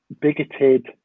bigoted